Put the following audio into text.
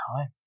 time